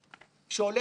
רוח גבית